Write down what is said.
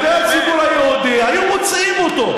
כלפי הציבור היהודי, היו מוצאים אותו.